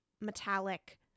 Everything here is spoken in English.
metallic